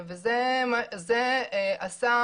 זה עשה